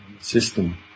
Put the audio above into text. system